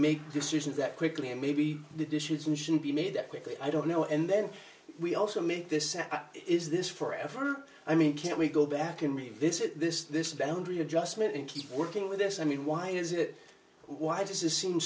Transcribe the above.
make decisions that quickly and maybe the dishes and shouldn't be made that quickly i don't know and then we also meet this is this forever i mean can we go back and revisit this this boundary adjustment and keep working with this i mean why is it why does this seem